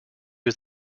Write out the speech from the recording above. was